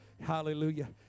Hallelujah